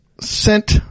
sent